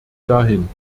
dahin